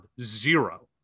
zero